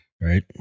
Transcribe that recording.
Right